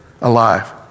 alive